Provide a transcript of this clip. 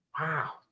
wow